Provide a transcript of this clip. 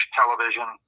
television